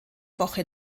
woche